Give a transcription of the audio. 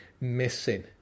missing